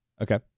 Okay